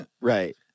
Right